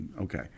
okay